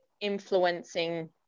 influencing